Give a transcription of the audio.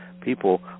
people